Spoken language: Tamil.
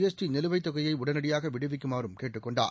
எஸ்டி நிலுவைத் தொகையை உடனடியாக விடுவிக்குமாறும் கேட்டுக் கொண்டார்